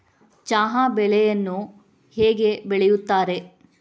ಚಹಾ ಬೆಳೆಯನ್ನು ಹೇಗೆ ಬೆಳೆಯುತ್ತಾರೆ?